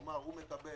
כלומר הוא מקבל